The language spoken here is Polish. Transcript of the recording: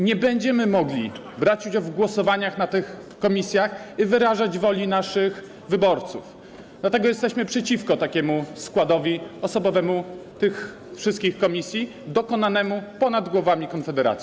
Nie będziemy mogli brać udział w głosowaniach w tych komisjach i wyrażać woli naszych wyborców, dlatego jesteśmy przeciwko takiemu składowi osobowemu tych wszystkich komisji, dokonanemu ponad głowami Konfederacji.